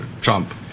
Trump